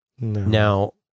Now